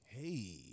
Hey